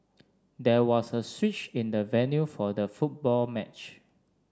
there was a switch in the venue for the football match